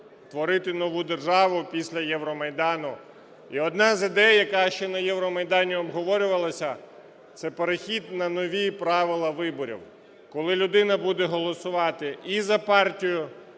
творити нову державу після Євромайдану. І одна з ідей, яка ще на Євромайдані обговорювалася, це перехід на нові правила виборів, коли людина буде голосувати і за партію,